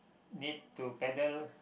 need to paddle